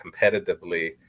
competitively